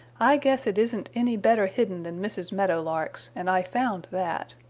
i guess it isn't any better hidden than mrs. meadow lark's, and i found that.